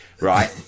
right